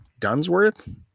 Dunsworth